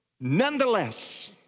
Nonetheless